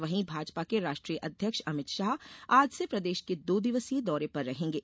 वहीं भाजपा के राष्ट्रीय अध्यक्ष अमित शाह आज से प्रदेश के दो दिवसीय दौरे पर रहेंगे